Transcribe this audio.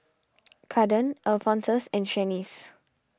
Kaden Alphonsus and Shanice